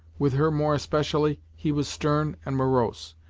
with her more especially, he was stern and morose.